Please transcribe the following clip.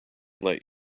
let